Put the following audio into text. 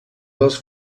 les